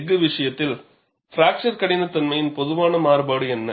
எஃகு விஷயத்தில் பிராக்சர் கடினத்தன்மையின் பொதுவான மாறுபாடு என்ன